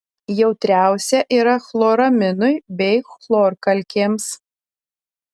jautriausia yra chloraminui bei chlorkalkėms